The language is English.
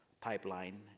pipeline